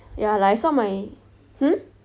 ya like some of my hmm